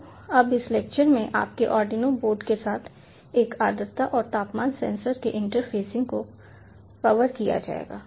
तो अब इस लेक्चर में आपके आर्डिनो बोर्ड के साथ एक आर्द्रता और तापमान सेंसर के इंटरफेसिंग को कवर किया जाएगा